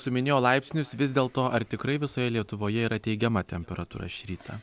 suminėjo laipsnius vis dėlto ar tikrai visoje lietuvoje yra teigiama temperatūra šį rytą